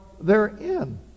therein